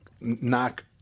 knock